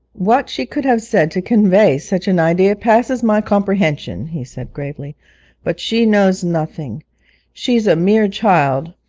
what she could have said to convey such an idea passes my comprehension he said gravely but she knows nothing she's a mere child.